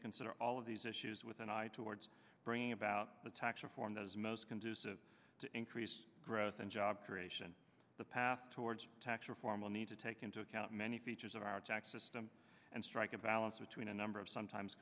it consider all of these issues with an eye towards bringing about the tax reform that is most conducive to increase growth and job creation the path towards tax reform will need to take into account many features of our tax system and strike a balance between a number of sometimes